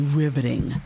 riveting